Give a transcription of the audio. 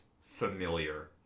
familiar